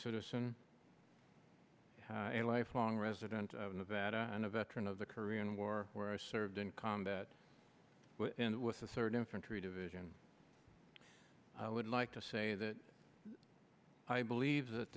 citizen a lifelong resident of nevada and a veteran of the korean war where i served in combat and with the third infantry division i would like to say that i believe that